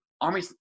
Army